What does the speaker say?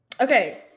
okay